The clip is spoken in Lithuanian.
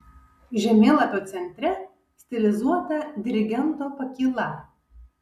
žemėlapio centre stilizuota dirigento pakyla